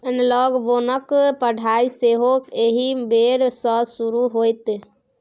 एनलॉग बोनक पढ़ाई सेहो एहि बेर सँ शुरू होएत